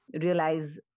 realize